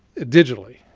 digitally.